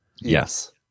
Yes